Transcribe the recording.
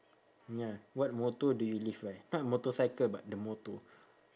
ya what motto do you live by not motorcycle but the motto